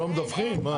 אתם לא מדווחים, מה?